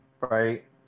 right